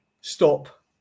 stop